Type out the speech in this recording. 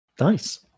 Nice